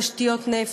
תשתיות נפט.